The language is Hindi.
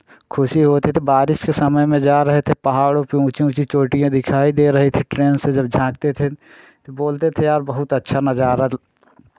खुशी होती थी बारिश के समय में जा रहे थे पहाड़ों पे ऊँची ऊँची चोटियाँ दिखाई दे रही थी ट्रेन से जब झाँकते थे तो बोलते थे यार बहुत अच्छा नज़ारा